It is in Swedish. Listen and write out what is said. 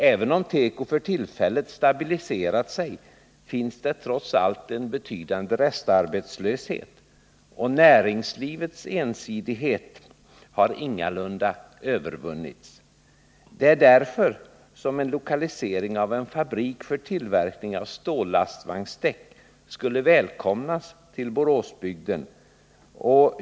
Även om teko för tillfället stabiliserat sig finns det en betydande restarbetslöshet, och näringslivets ensidighet har ingalunda övervunnits. Mot denna bakgrund skulle en lokalisering till Boråsbygden av en fabrik för tillverkning av stållastvagnsdäck vara välkommen.